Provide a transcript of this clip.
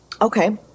Okay